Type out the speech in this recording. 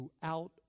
throughout